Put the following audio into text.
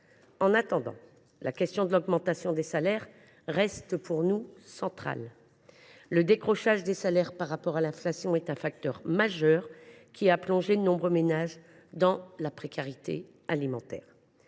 En attendant, la question de l’augmentation des salaires reste centrale. Le décrochage des salaires par rapport à l’inflation est un facteur majeur qui a plongé de nombreux ménages dans la précarité alimentaire.